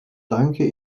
danke